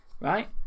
right